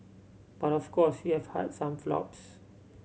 but of course you have had some flops